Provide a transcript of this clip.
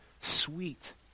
sweet